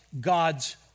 God's